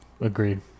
agreed